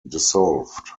dissolved